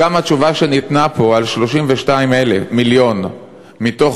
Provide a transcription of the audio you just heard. גם התשובה שניתנה פה על 32 מיליון מתוך